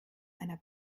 einer